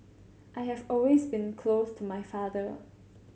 I have always been close to my father